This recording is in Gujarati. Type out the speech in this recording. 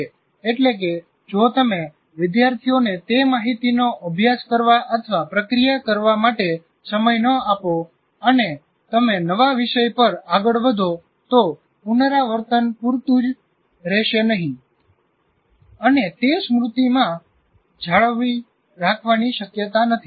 એટલે કે જો તમે વિદ્યાર્થીઓને તે માહિતીનો અભ્યાસ કરવા અથવા પ્રક્રિયા કરવા માટે સમય ન આપો અને તમે નવા વિષય પર આગળ વધો તો પુનરાવર્તનપૂરતું રહેશે નહીં અને તે સ્મૃતિ માં જાળવી રાખવાની શક્યતા નથી